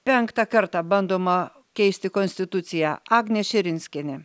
penktą kartą bandoma keisti konstituciją agnė širinskienė